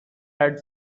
had